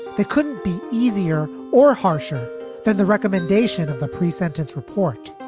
they couldn't be easier or harsher than the recommendation of the presentence report